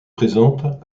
présente